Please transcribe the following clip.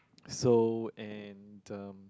so and um